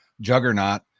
juggernaut